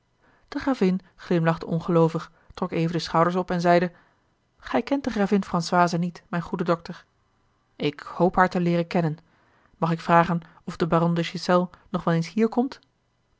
de gravin glimlachte ongeloovig trok even de schouders op en zeide gij kent de gravin françoise niet mijn goede dokter ik hoop haar te leeren kennen mag ik vragen of de baron de ghiselles nog wel eens hier komt